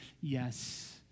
yes